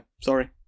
sorry